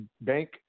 Bank